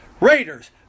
Raiders